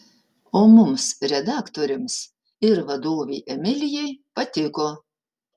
o mums redaktoriams ir vadovei emilijai patiko